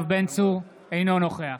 אינו נוכח